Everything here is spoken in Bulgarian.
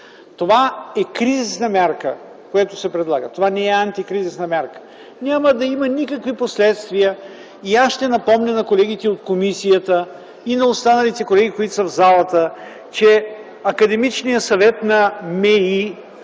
е кризисна мярка, това не е антикризисна мярка. Няма да има никакви последствия и аз ще напомня на колегите от комисията и на останалите колеги, които са в залата, че Академичният съвет на